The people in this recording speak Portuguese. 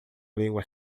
língua